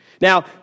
Now